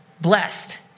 blessed